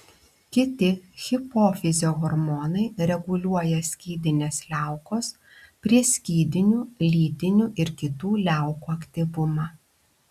kiti hipofizio hormonai reguliuoja skydinės liaukos prieskydinių lytinių ir kitų liaukų aktyvumą